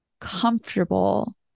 comfortable